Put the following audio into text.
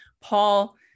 paul